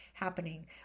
happening